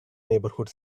neighborhood